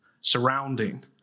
surrounding